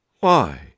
Why